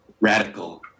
radical